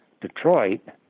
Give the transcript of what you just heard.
Detroit